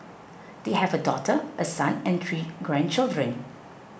they have a daughter a son and three grandchildren